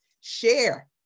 share